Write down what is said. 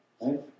Right